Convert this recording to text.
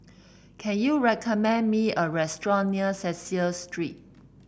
can you recommend me a restaurant near Cecil Street